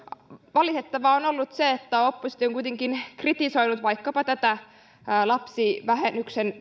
valitettavaa on ollut se että oppositio on kuitenkin kritisoinut vaikkapa tätä lapsivähennyksen